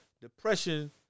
Depression